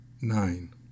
Nine